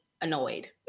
annoyed